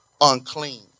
unclean